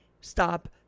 Stop